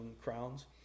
crowns